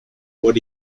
what